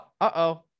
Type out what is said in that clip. uh-oh